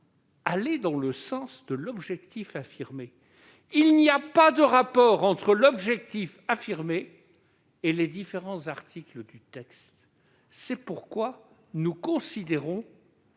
aller dans le sens de l'objectif affirmé. Il n'y a pas de rapport entre l'objectif affirmé et les différents articles du texte. C'est pourquoi nous considérons